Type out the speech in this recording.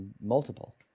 multiple